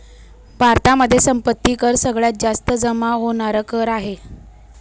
भारतामध्ये संपत्ती कर सगळ्यात जास्त जमा होणार कर आहे